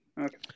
Okay